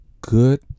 good